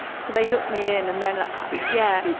so, they hooked me in and then yeah,